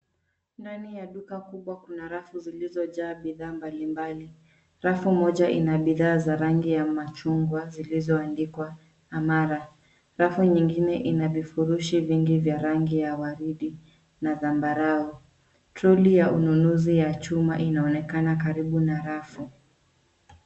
Ndani ya duka kubwa kuna rafu zilizojaa bidhaa mbalimbali. Rafu moja ina bidhaa za rangi ya machungwa zilizoandikwa Amara. Rafu nyingine ina vifurusi vingi vya rangi ya waridi na zambarau. Troli ya ununzi ya chuma inaonekana karibu na rafu.